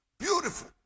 beautiful